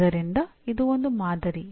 ಆದ್ದರಿಂದ ಇದು ಒಂದು ಮಾದರಿ